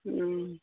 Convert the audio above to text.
হুম